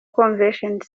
convention